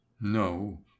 no